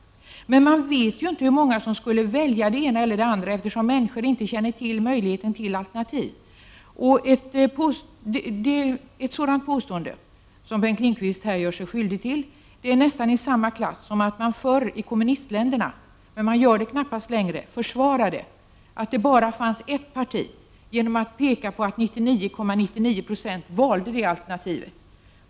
Men man vet ju inte hur många som skulle välja det ena eller det andra, eftersom människor inte känner till möjligheten att välja alternativ. Ett sådant påstående som Bengt Lindqvist här gör sig skyldig till är nästan i samma klass som när man tidigare i kommunistländerna, vilket knappast sker längre, försvarade det faktum att det fanns bara ett parti genom att peka på att 99,99 96 valde det alternativet.